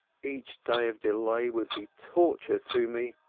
each day of delay would be torture to me.